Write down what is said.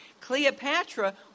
Cleopatra